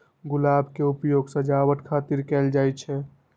गुलाब के उपयोग सजावट खातिर कैल जाइ छै